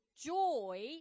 joy